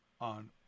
on